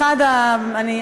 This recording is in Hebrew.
אני,